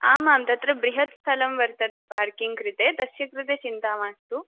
आमां तत्र बृहत् स्थलं वर्तते पार्किङ्ग् कृते तस्य कृते चिन्ता मास्तु